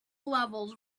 levels